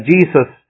Jesus